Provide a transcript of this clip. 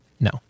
No